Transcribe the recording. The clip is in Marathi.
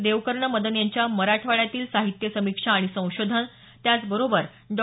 देवकर्ण मदन यांच्या मराठवाड्यातील साहित्य समिक्षा आणि संशोधन त्याचबरोबर डॉ